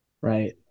Right